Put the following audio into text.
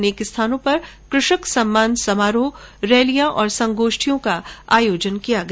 अनेक स्थानों पर कृषक सम्मान समारोह रैली और संगोष्ठियों का आयोजन किया गया